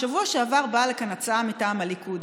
בשבוע שעבר באה לכאן הצעה מטעם הליכוד,